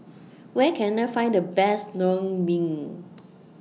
Where Can I Find The Best Naengmyeon